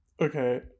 Okay